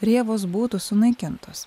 rėvos būtų sunaikintos